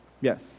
yes